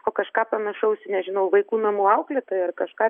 o kažką panašaus į nežinau vaikų namų auklėtoją ar kažką